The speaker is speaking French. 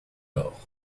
lors